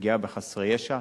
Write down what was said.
פגיעה בחסרי ישע.